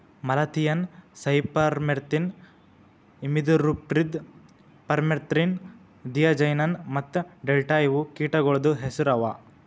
malathion, cypermethrin, imidacloprid, permethrin, diazinon ಮತ್ತ delta ಇವು ಕೀಟಗೊಳ್ದು ಹೆಸುರ್ ಅವಾ